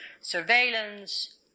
surveillance